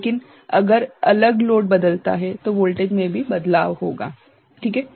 लेकिन अगर अलग - लोड बदलता है तो वोल्टेज मे भी बदलाव होगा ठीक है